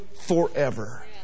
forever